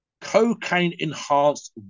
cocaine-enhanced